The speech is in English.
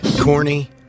Corny